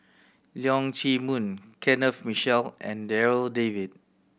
Leong Chee Mun Kenneth Mitchell and Darryl David